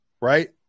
right